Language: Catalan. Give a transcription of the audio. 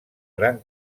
gran